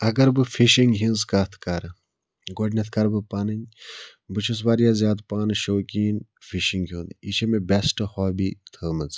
اگر بہٕ فِشِنٛگ ہنٛز کَتھ کَرٕ گۄڈٕنیٚتھ کَرٕ بہٕ پَنٕنۍ بہٕ چھُس واریاہ زیادٕ پانہٕ شوقیٖن فِشِنٛگ ہُنٛد یہِ چھِ مےٚ بیٚسٹہٕ ہابی تھٲمٕژ